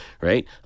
right